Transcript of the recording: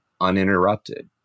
uninterrupted